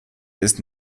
ist